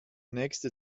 nächste